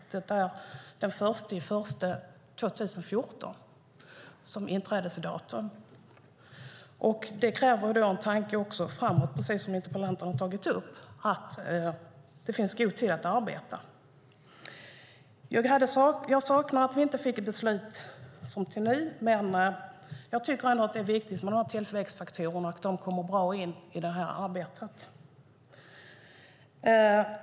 Det är datumet den 1 januari 2014 som är införandedatum. Det kräver en tanke framåt, precis som interpellanterna har tagit upp. Det finns god tid att arbeta. Jag saknar att vi inte fick ett beslut som till nu. Men jag tycker ändå att det är viktigt att tillväxtfaktorerna kommer in bra i arbetet.